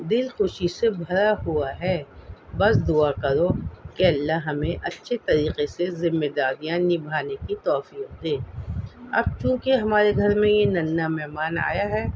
دل خوشی سے بھرا ہوا ہے بس دعا کرو کہ اللہ ہمیں اچھے طریقے سے ذمہ داریاں نبھانے کی توفیق دے اب چونکہ ہمارے گھر میں یہ ننھا مہمان آیا ہے